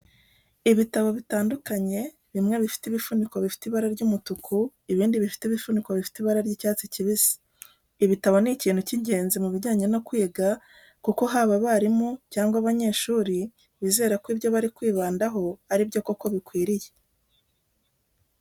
Ibitabo bitandukanye, bimwe bifite ibifuniko bifite ibara ry'umutuku, ibindi bifite ibifuniko bifite ibara ry'icyatsi kibisi. Ibitabo ni ikintu cy'ingenzi mu bijyanye no kwiga kuko haba abarimu cyangwa abanyeshuri bizera ko ibyo bari kwibandaho ari byo koko bikwiriye.